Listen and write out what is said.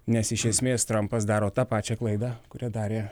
nes iš esmės trampas daro tą pačią klaidą kurią darė